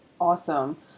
Awesome